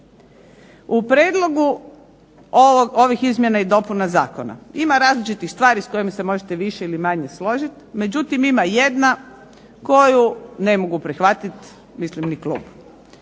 u prijedlogu ovih izmjena i dopunama zakona ima različitih stvari s kojima se možete više ili manje složit, međutim ima jedna koju ne mogu prihvatit, mislim ni klub.